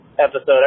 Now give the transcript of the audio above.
episode